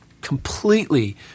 completely